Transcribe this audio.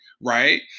right